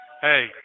Hey